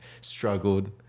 struggled